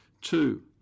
Two